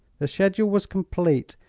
the schedule was complete,